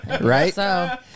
Right